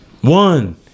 One